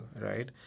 right